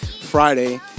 Friday